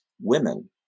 women